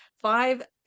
five